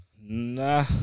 Nah